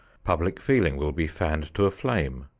public feeling will be fanned to a flame.